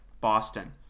Boston